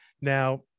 Now